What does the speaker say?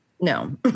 No